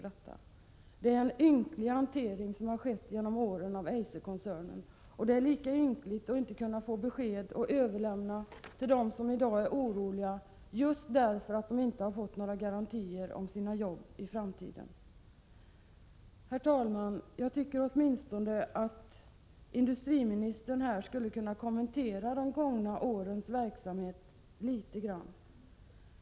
Det är en ynklig hantering av Eiserkoncernen som skett genom åren. Det är lika ynkligt att inte nu kunna lämna ett besked till dem som i dag är oroliga just därför att de inte har fått några garantier för sina arbeten i framtiden. Herr talman! Jag tycker åtminstone att industriministern något skulle kunna kommentera de gångna årens verksamhet.